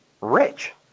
rich